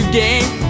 game